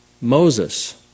Moses